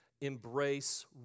embrace